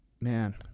man